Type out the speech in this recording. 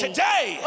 Today